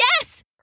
Yes